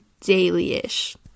Daily-ish